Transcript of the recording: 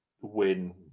win